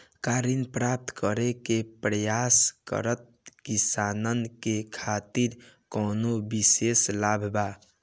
का ऋण प्राप्त करे के प्रयास करत किसानन के खातिर कोनो विशेष लाभ बा